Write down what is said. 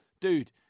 dude